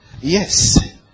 yes